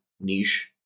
niche